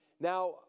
Now